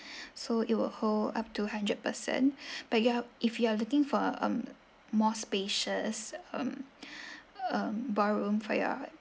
so it will hold up to hundred person but you're if you are looking for um more spacious um um ballroom for your